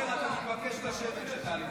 אושר, אתה מתבקש לשבת כשטלי מדברת.